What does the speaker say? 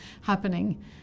happening